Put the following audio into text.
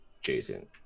Jason